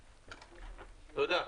תודה.